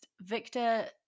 Victor